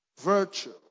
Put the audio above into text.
Virtue